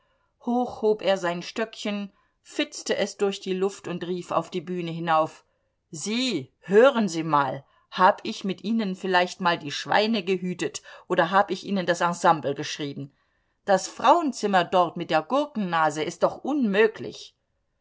hoch hob er sein stöckchen fitzte es durch die luft und rief auf die bühne hinauf sie hören sie mal hab ich mit ihnen vielleicht mal die schweine gehütet oder hab ich ihnen das ensemble geschrieben das frauenzimmer dort mit der gurkennase ist doch unmöglich